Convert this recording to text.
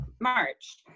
March